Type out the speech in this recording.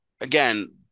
again